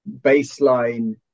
baseline